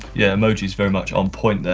yeah, emojis very much on point there.